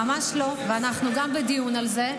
ממש לא, ואנחנו גם בדיון על זה.